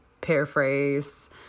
Paraphrase